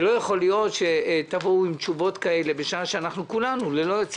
זה לא יכול להיות שתבואו עם תשובות כאלה בשעה שכל חברי